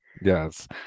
Yes